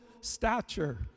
stature